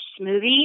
smoothie